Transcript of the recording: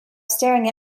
staring